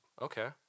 Okay